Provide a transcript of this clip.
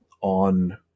on